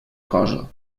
cosa